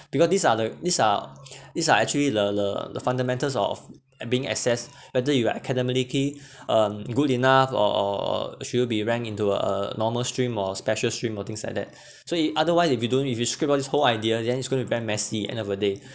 because these are the these are these are actually the the the fundamentals of being assessed whether you are academically um good enough or or or should you be ranked into a normal stream or special stream or things like that so it otherwise if you don't if you skip on this whole idea then it's going to be very messy end of the day